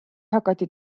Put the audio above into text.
hakati